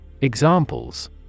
Examples